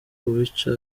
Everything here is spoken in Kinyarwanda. kubica